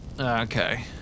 Okay